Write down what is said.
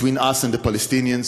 לראשונה במסגרת נסיעה בין-לאומית שלך.